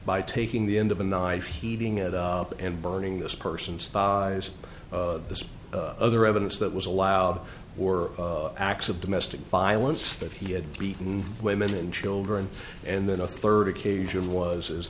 by taking the end of a knife heating it up and burning this person's eyes this other evidence that was allowed or acts of domestic violence that he had beaten women and children and then a third occasion was is